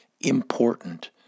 important